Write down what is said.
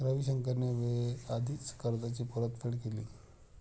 रविशंकरने वेळेआधीच कर्जाची परतफेड केली